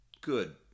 good